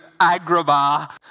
Agrabah